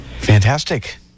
Fantastic